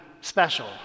special